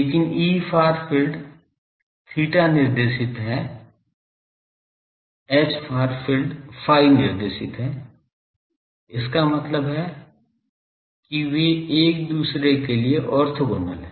लेकिन Efar field theta निर्देशित है Hfar field phi निर्देशित है इसका मतलब है कि वे एक दूसरे के लिए ओर्थोगोनल हैं